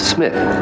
Smith